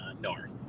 north